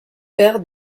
paires